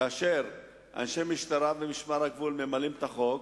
כאשר אנשי משטרה ומשמר הגבול ממלאים את החוק,